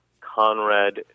Conrad